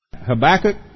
Habakkuk